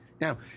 now